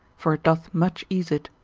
for it doth much ease it.